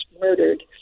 murdered